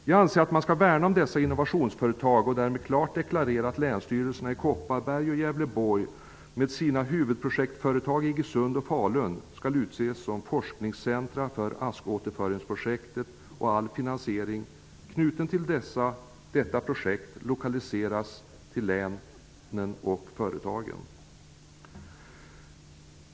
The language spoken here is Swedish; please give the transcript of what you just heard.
Jag anser att man skall värna om dessa innovationsföretag och därmed klart deklarera att länsstyrelserna i Kopparberg och Gävleborg med sina huvudprojektföretag i Iggesund och Falun skall utses som forskningscentrum för askåterföringsprojektet och att all finansiering knuten till detta projekt skall lokaliseras till länen och företagen.